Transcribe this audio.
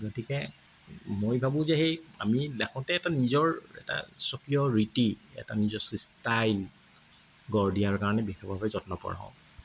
গতিকে মই ভাবোঁ যে সেই আমি লেখোঁতে এটা নিজৰ এটা স্বকীয় ৰীতি এটা নিজস্ব ষ্টাইল গঢ় দিয়াৰ কাৰণে বিশেষভাৱে যত্নপৰ হওঁ